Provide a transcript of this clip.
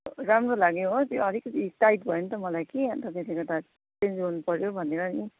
राम्रो लाग्यो हो त्यो अलिकति टाइट भयो अन्त मलाई कि अन्त त्यसले गर्दा चेन्ज गर्नु पर्यो भनेर नि